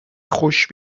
خوش